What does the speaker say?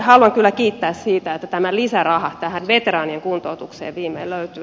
haluan kyllä kiittää siitä että tämä lisäraha tähän veteraanien kuntoutukseen viimein löytyy